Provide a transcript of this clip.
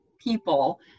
people